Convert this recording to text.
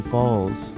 Falls